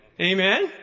Amen